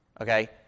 Okay